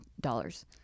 dollars